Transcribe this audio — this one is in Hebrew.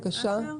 אשר,